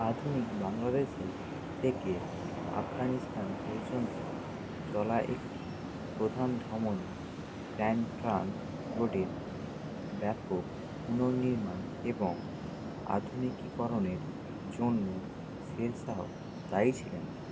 আধুনিক বাংলাদেশে থেকে আফগানিস্তান পর্যন্ত চলা একটি প্রধান ধমনী গ্র্যান্ড ট্রাঙ্ক রোডের ব্যাপক পুননির্মাণ এবং আধুনিকীকরণের জন্য শের শাহ দায়ী ছিলেন